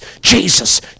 Jesus